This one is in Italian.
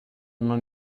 non